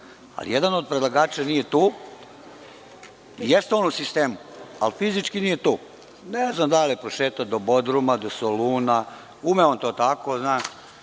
ali jedan od predlagača nije tu. Jeste on u sistemu, ali fizički nije tu. Ne znam da li je prošetao do Bodruma, do Soluna, ume on to tako, još